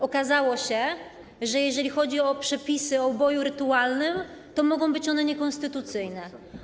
Okazało się, że jeżeli chodzi o przepisy o uboju rytualnym, to mogą być one niekonstytucyjne.